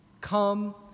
come